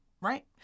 right